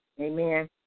Amen